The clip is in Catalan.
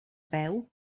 peu